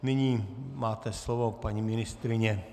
Nyní máte slovo, paní ministryně.